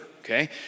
Okay